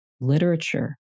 literature